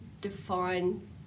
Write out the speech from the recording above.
define